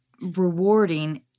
rewarding